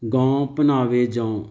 ਗੌਂ ਭੁੰਨਾਵੇ ਜੌਂ